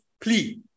plea